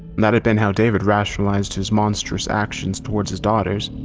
that had been how david rationalized his monstrous actions toward his daughters.